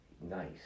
Nice